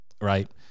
right